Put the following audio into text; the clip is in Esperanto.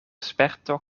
sperto